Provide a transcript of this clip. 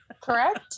Correct